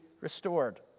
restored